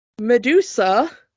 medusa